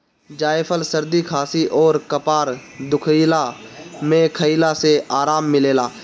जायफल सरदी खासी अउरी कपार दुखइला में खइला से आराम मिलेला